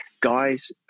guys